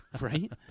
right